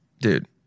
dude